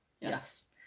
Yes